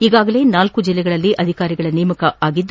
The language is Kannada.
ಈಗಾಗಲೇ ನಾಲ್ಕು ಜಿಲ್ಲೆಗಳಲ್ಲಿ ಅಧಿಕಾರಿಗಳ ನೇಮಕ ಮಾಡಲಾಗಿದೆ